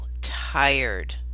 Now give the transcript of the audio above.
tired